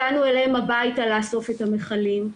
הגענו אליהם הביתה לאסוף את המכלים האלה.